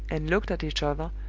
and looked at each other,